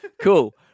Cool